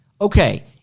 okay